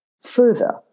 Further